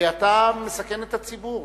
אתה מסכן את הציבור,